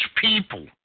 people